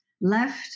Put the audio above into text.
left